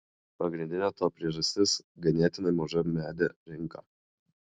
pagrindinė to priežastis ganėtinai maža media rinka